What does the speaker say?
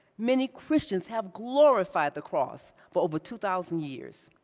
many christians have glorified the cross for over two thousand years.